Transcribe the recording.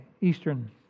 eastern